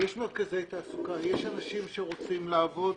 יש מרכזי תעסוקה, יש אנשים שרוצים לעבוד,